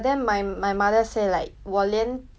家里都不可以 capable of like